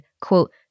quote